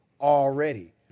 already